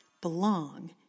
belong